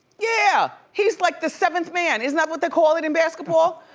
yeah, he's like the seventh man. isn't that what they call it in basketball?